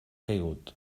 caigut